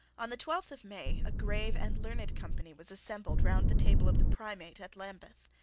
on the twelfth of may a grave and learned company was assembled round the table of the primate at lambeth.